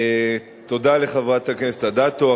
תודה לחברת הכנסת אדטו.